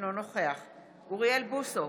אינו נוכח אוריאל בוסו,